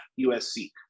USC